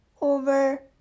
over